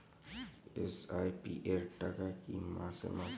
SIP র টাকা কী মাসে মাসে কাটবে?